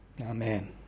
Amen